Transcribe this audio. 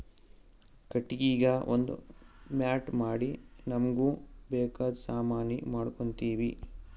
ಕಟ್ಟಿಗಿಗಾ ಒಂದ್ ಮಾಟ್ ಮಾಡಿ ನಮ್ಮ್ಗ್ ಬೇಕಾದ್ ಸಾಮಾನಿ ಮಾಡ್ಕೋತೀವಿ